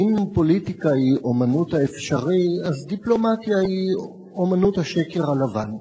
אם פוליטיקה היא אמנות האפשרי אז דיפלומטיה היא אמנות השקר הלבן.